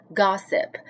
gossip